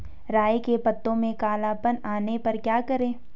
राई के पत्तों में काला पन आने पर क्या करें?